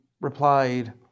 replied